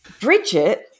Bridget